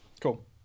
Cool